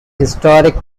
historic